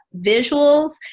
visuals